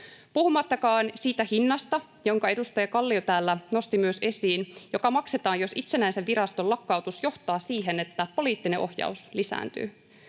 puhumattakaan siitä hinnasta, jonka edustaja Kallio täällä nosti myös esiin, joka maksetaan, jos itsenäisen viraston lakkautus johtaa siihen, että poliittinen ohjaus lisääntyy.